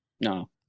No